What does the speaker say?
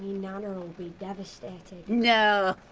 nana will be devastated! no,